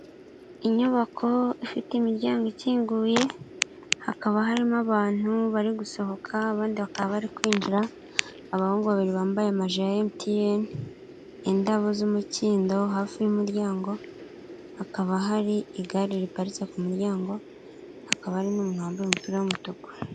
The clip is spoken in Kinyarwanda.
Inyubako ifite imiryango ikinguye, hakaba harimo abantu bari gusohoka abandi bakaba bari kwinjira, abahungu babiri bambaye amaji ya Emutiyene, indabo z'umukindo hafi y'umuryango, hakaba hari igare riparitse ku muryango, hakaba ari n'umuntu wambaye umupira w'umutuku.